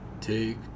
Take